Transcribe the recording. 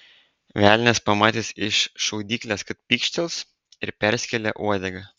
velnias pamatęs iš šaudyklės kad pykštels ir perskėlė uodegą